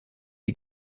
est